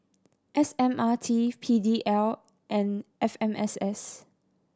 S M R T P D L and F M S S